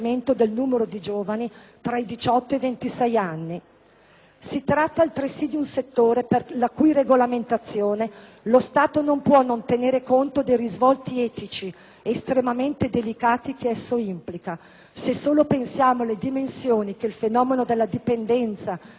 Si tratta, altresì, di un settore per la cui regolamentazione lo Stato non può non tenere conto dei risvolti etici estremamente delicati che esso implica, se solo pensiamo alle dimensioni che il fenomeno della dipendenza da gioco e scommesse ha ormai assunto nel nostro Paese,